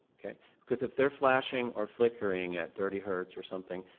okay? because if they're flashing or flickering at thirty hertz or something,